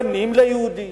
בנים ליהודים,